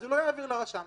הוא לא יעביר לרשם,